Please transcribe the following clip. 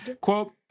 quote